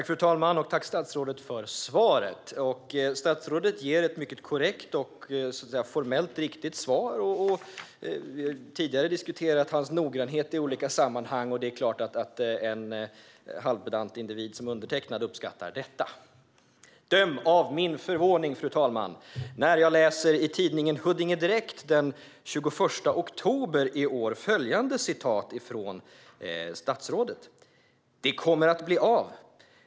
Fru talman! Jag tackar statsrådet för svaret, som är mycket korrekt och formellt riktigt. Vi har tidigare diskuterat hans noggrannhet i olika sammanhang, och det är klart att en halvpedant individ som undertecknad uppskattar detta. Döm om min förvåning, fru talman, när jag i tidningen Huddinge Direkt den 21 oktober i år läser följande citat från statsrådet: "Det kommer att bli av.